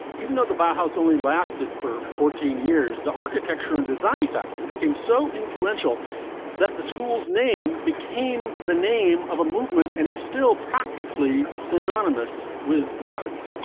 even though the barkhouse only lasted for fourteen years, the architecture and design faculty became so influential that the school's name became the name of a movement and is still practically synonymous with modernism.